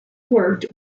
worked